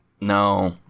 No